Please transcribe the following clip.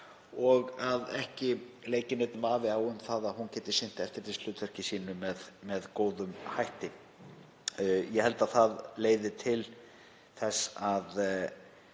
og að ekki leiki neinn vafi á um það að hún geti sinnt eftirlitshlutverki sínu með góðum hætti. Ég held að það leiði til þess að